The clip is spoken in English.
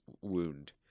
wound